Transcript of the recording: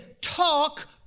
talk